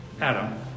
Adam